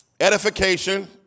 edification